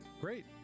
Great